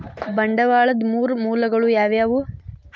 ಬಂಡವಾಳದ್ ಮೂರ್ ಮೂಲಗಳು ಯಾವವ್ಯಾವು?